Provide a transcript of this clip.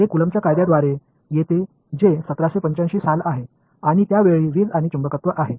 हे कुलम्बच्या कायद्याद्वारे येते जे 1785 साल आहे आणि त्या वेळी वीज आणि चुंबकत्व आहे